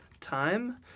time